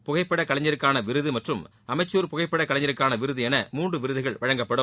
புகைப்பட கலைஞருக்கான விருது மற்றும் அமெச்ஞர் புகைப்பட கலைஞருக்கான விருது என மூன்று விருதுகள் வழங்கப்படும்